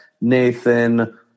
Nathan